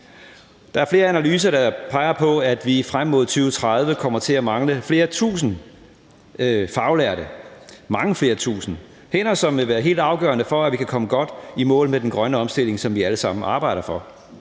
Der er flere analyser, der peger på, at vi frem mod 2030 kommer til at mangle flere tusind faglærte, mange tusinde hænder, som vil være helt afgørende for, at vi kan komme godt i mål med den grønne omstilling, som vi alle sammen arbejder for.